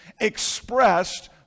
expressed